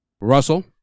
Russell